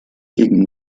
gegen